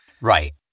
Right